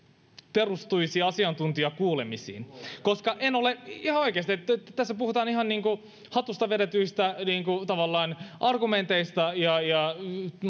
perustuisi asiantuntijakuulemisiin koska en ole ihan oikeasti tässä puhutaan ihan hatusta vedetyistä argumenteista ja ja